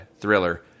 thriller